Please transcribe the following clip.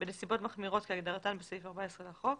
בנסיעות מחמירות כהגדרתן בסעיף 14 לחוק,